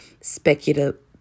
speculative